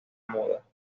muda